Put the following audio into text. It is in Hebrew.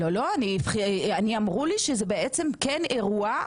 לא, אמרו לי שזה בעצם כן אירוע.